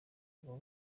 abo